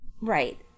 Right